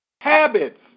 Habits